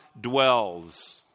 dwells